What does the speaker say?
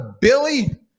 Billy